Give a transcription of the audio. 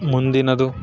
ಮುಂದಿನದು